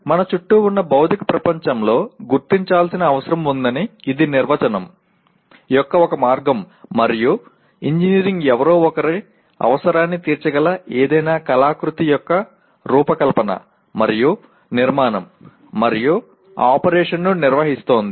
మన చుట్టూ ఉన్న భౌతిక ప్రపంచంలో గుర్తించాల్సిన అవసరం ఉందని ఇది నిర్వచనం యొక్క ఒక మార్గం మరియు ఇంజనీరింగ్ ఎవరో ఒకరి అవసరాన్ని తీర్చగల ఏదైనా కళాకృతి యొక్క రూపకల్పన మరియు నిర్మాణం మరియు ఆపరేషన్ను నిర్వహిస్తోంది